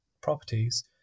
properties